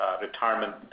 retirement